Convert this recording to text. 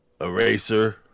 Eraser